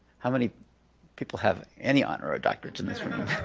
how many people have any honorary doctorates in this room?